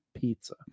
pizza